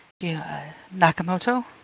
Nakamoto